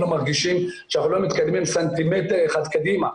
מרגישים שאנחנו לא מתקדמים סנטימטר אחד קדימה.